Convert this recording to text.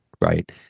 right